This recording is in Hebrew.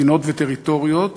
מדינות וטריטוריות